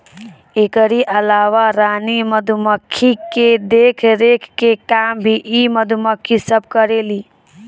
एकरी अलावा रानी मधुमक्खी के देखरेख के काम भी इ मधुमक्खी सब करेली